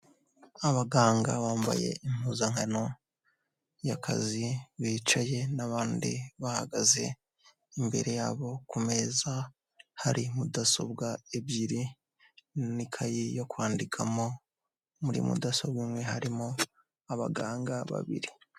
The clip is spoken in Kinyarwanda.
Abaganga bambaye impuzankano y'akazi bicaye n'abandi bahagaze, imbere ya bo ku meza hari mudasobwa ebyiri n'ikaye yo kwandikamo, muri mudasobwa imwe harimo abaganga babiri.